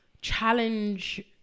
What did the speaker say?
challenge